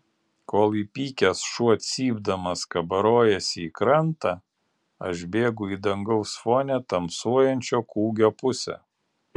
kol įpykęs šuo cypdamas kabarojasi į krantą aš bėgu į dangaus fone tamsuojančio kūgio pusę